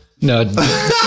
no